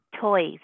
toys